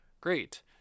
Great